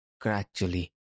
gradually